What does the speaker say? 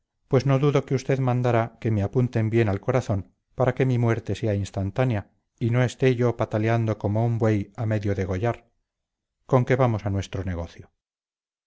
pues no dudo que usted mandará que me apunten bien al corazón para que mi muerte sea instantánea y no esté yo pataleando como un buey a medio degollar con que vamos a nuestro negocio